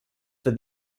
for